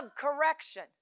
correction